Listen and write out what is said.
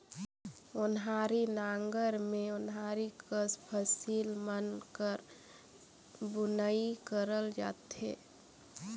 ओन्हारी नांगर मे ओन्हारी कस फसिल मन कर बुनई करल जाथे